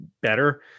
better